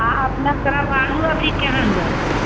आ अपने तरफ आलू अभी केहन रहलै